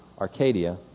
Arcadia